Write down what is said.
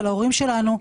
אבל ההורים שלנו,